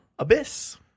Abyss